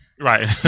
right